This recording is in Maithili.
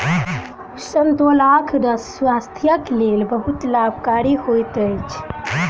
संतोलाक रस स्वास्थ्यक लेल बहुत लाभकारी होइत अछि